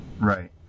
Right